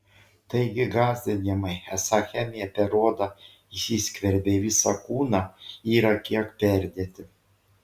taigi gąsdinimai esą chemija per odą įsiskverbia į visą kūną yra kiek perdėti